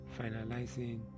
finalizing